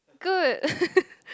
good